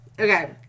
Okay